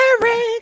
married